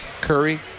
Curry